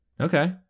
Okay